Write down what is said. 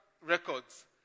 records